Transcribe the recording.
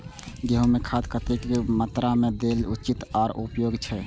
गेंहू में खाद कतेक कतेक मात्रा में देल उचित आर उपयोगी छै?